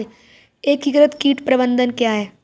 एकीकृत कीट प्रबंधन क्या है?